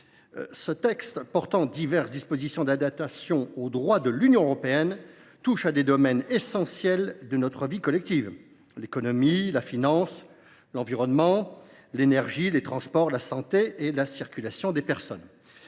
Ce texte portant diverses dispositions d’adaptation au droit de l’Union européenne touche à des domaines essentiels de notre vie collective : l’économie, la finance, l’environnement, l’énergie, les transports, la santé et la circulation des personnes.